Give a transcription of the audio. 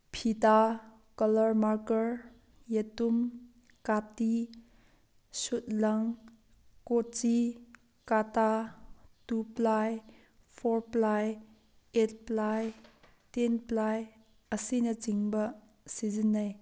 ꯐꯤꯇꯥ colour marker ꯌꯦꯇꯨꯝ ꯀꯥꯇꯤ ꯁꯨꯠ ꯂꯪ ꯀꯣꯆꯤ ꯀꯥꯇꯥ two ply four ply eight ply ten ply ꯑꯁꯤꯅꯆꯤꯡꯕ ꯁꯤꯖꯤꯟꯅꯩ